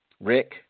Rick